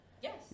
Yes